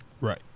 Right